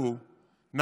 (תיקון), התשפ"א 2021,